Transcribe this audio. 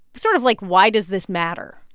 sort of like, why does this matter?